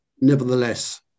nevertheless